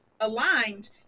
aligned